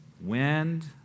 wind